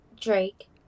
Drake